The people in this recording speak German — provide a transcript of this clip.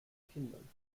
kindern